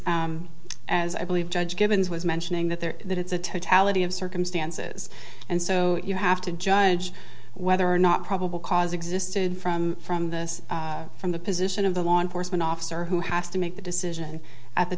as i believe judge givens was mentioning that there that it's a totality of circumstances and so you have to judge whether or not probable cause existed from from this from the position of the law enforcement officer who has to make the decision at the